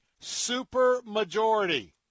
supermajority